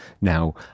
Now